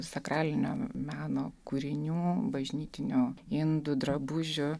sakralinio meno kūrinių bažnytinių indų drabužių